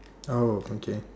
oh okay